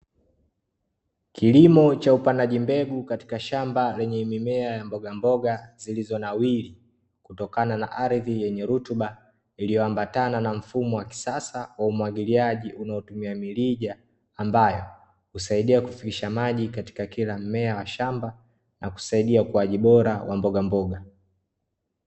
Kilimo cha upandaji mbegu katika shamba lenye mimea ya mbogamboga zilizonawiri, kutokana na ardhi yenye rutuba iliyoambatana na mfumo wa kisasa wa umwagiliaji unaotumia mirija, ambayo husaidia kufikisha maji katika kila mmea wa shamba, na kusaidia ukuaji bora wa mbogamboga.